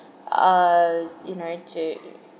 err you know to